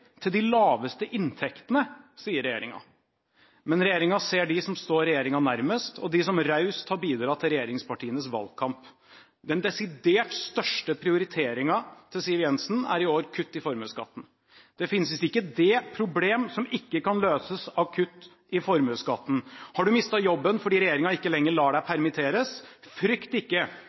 til dem med de laveste inntektene, sier regjeringen. Men regjeringen ser dem som står regjeringen nærmest, og dem som raust har bidratt til regjeringspartienes valgkamp. Den desidert største prioriteringen til Siv Jensen er i år kutt i formuesskatten. Det finnes visst ikke det problem som ikke kan løses av kutt i formuesskatten. Har du mistet jobben fordi regjeringen ikke lenger lar deg bli permittert? Frykt ikke,